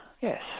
yes